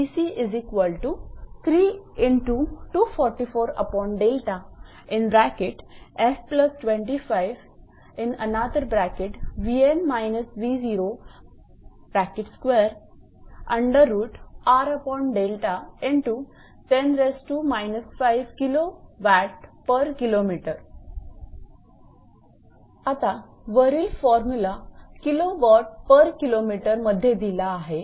आता वरील फॉर्मूला 𝑘𝑊𝑘𝑚 मध्ये दिला आहे